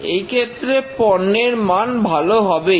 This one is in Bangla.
এই ক্ষেত্রে পণ্যের মান ভালো হবেই